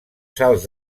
sals